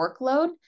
workload